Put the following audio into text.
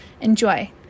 enjoy